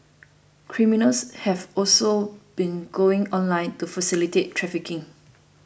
criminals have also been going online to facilitate trafficking